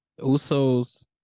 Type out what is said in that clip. Usos